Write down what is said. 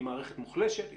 היא מערכת מוחלשת,